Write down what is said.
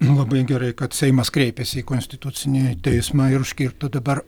labai gerai kad seimas kreipėsi į konstitucinį teismą ir užkirto dabar